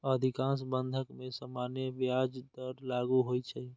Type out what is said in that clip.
अधिकांश बंधक मे सामान्य ब्याज दर लागू होइ छै